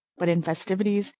but in festivities,